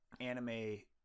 anime